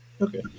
Okay